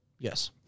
Yes